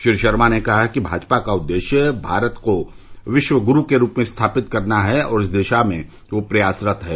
श्री शर्मा ने कहा कि भाजपा का उद्देश्य भारत को विश्व गुरू के रूप में स्थापित करना है और इस दिशा में वह प्रयासरत है